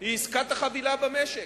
היא עסקת החבילה במשק.